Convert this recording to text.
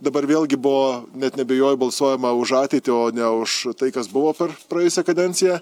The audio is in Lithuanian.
dabar vėlgi buvo net neabejoju balsuojama už ateitį o ne už tai kas buvo per praėjusią kadenciją